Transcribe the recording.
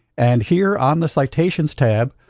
and here on the citations tab,